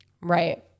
right